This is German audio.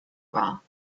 war